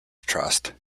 trust